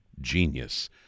genius